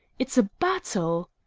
it's a battle!